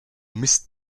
mist